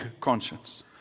conscience